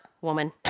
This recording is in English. woman